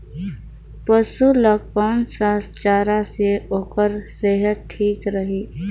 पशु ला कोन स चारा से ओकर सेहत ठीक रही?